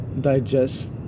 digest